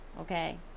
okay